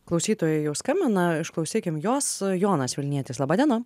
klausytojai jau skambina išklausykim juos jonas vilnietis laba diena